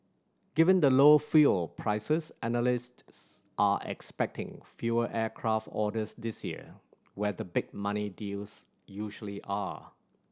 given the low fuel prices analysts are expecting fewer aircraft orders this year where the big money deals usually are